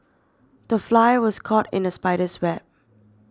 the fly was caught in the spider's web